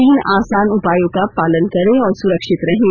तीन आसान उपायों का पालन करें और सुरक्षित रहें